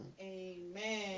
Amen